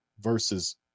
versus